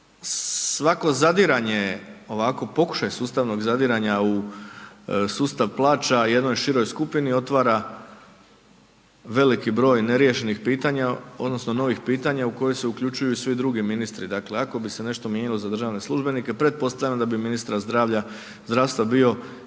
svako zadiranje, ovako pokušaj sustavnog zadiranja u sustav plaća jednoj široj skupini otvara veliki broj neriješenih pitanja odnosno novih pitanja u koji se uključuju svi drugi ministri. Dakle, ako bi se nešto mijenjalo za državne službenike pretpostavljam da bi ministar zdravstva bio izložen